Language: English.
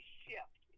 shift